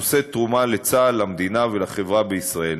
הנושאת תרומה לצה"ל, למדינה ולחברה בישראל.